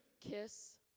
KISS